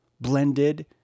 blended